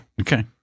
Okay